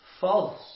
false